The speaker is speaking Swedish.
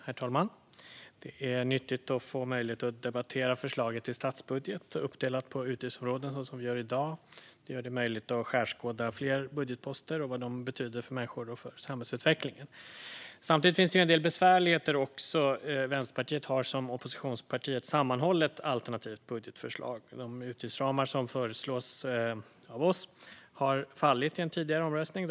Herr talman! Det är nyttigt att få möjlighet att debattera förslaget till statsbudget uppdelat på utgiftsområden, som vi gör i dag. Det gör det möjligt att skärskåda fler budgetposter och vad de betyder för människor och för samhällsutvecklingen. Samtidigt finns det en del besvärligheter. Vänsterpartiet har som oppositionsparti ett sammanhållet alternativt budgetförslag, men de utgiftsramar som föreslås av oss har fallit i en tidigare omröstning.